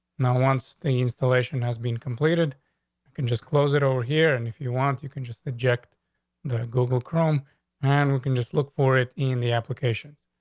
now, once the installation has been completed, you can just close it over here. and if you want, you can just inject the google chrome and we can just look for it in the application.